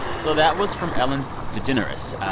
so that was from ellen degeneres.